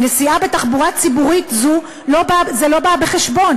נסיעה בתחבורה ציבורית לא באה בחשבון